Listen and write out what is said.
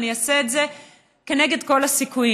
ואני אעשה את זה כנגד כל הסיכויים.